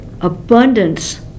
abundance